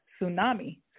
tsunami